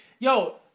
Yo